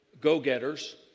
go-getters